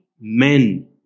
men